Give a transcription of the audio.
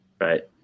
right